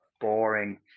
boring